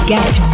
Get